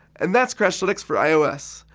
and that's crashlytics for ios.